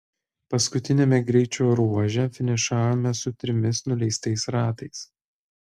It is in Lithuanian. paskutiniame greičio ruože finišavome su trimis nuleistais ratais